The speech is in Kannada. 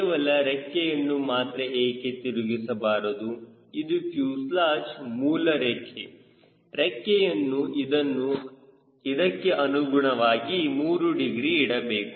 ಕೇವಲ ರೆಕ್ಕೆಯನ್ನು ಮಾತ್ರ ಏಕೆ ತಿರುಗಿಸಬಾರದು ಇದು ಫ್ಯೂಸೆಲಾಜ್ ಮೂಲ ರೇಖೆ ರೆಕ್ಕೆಯನ್ನು ಇದಕ್ಕೆ ಅನುಗುಣವಾಗಿ 3 ಡಿಗ್ರಿ ಇಡಬೇಕು